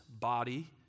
body